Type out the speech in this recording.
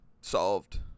solved